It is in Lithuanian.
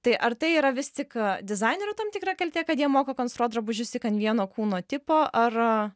tai ar tai yra vis tik dizainerių tam tikra kaltė kad jie moka konstruot drabužius tik ant vieno kūno tipo ar